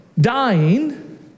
dying